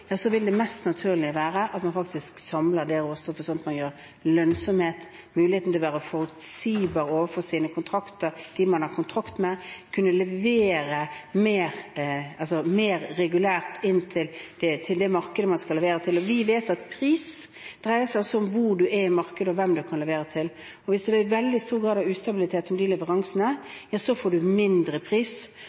at man har lønnsomhet, har mulighet til å være forutsigbar overfor dem man har kontrakt med, og kunne levere mer regulært inn til det markedet man skal levere til. Vi vet at pris også dreier seg om hvor man er i markedet, og hvem man kan levere til. Hvis det blir veldig stor grad av ustabilitet i de leveransene, får man lavere pris.